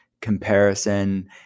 comparison